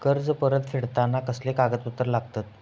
कर्ज परत फेडताना कसले कागदपत्र लागतत?